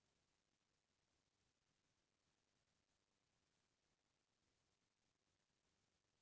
पहिली के समे म किसानी बूता म बनेच समे अउ मेहनत लागत रहिस हे